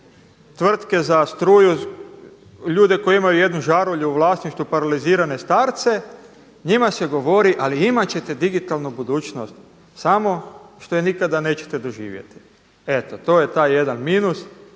tvrtke za struju ljude koji imaju jednu žarulju u vlasništvu paralizirane starce, njima se govori ali imat ćete digitalnu budućnost samo što ju nikada neće doživjeti. Eto to je taj jedan minus.